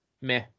meh